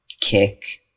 kick